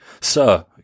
Sir